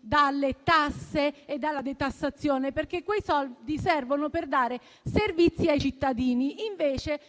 dalle tasse e dalla detassazione, perché quei soldi servono per dare servizi ai cittadini. Invece,